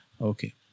Okay